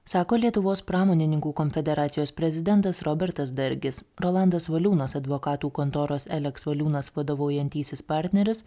sako lietuvos pramonininkų konfederacijos prezidentas robertas dargis rolandas valiūnas advokatų kontoros eleks valiūnas vadovaujantysis partneris